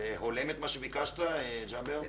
זה הולם את מה שביקשת, ג'אבר?